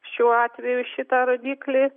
šiuo atveju šitą rodiklį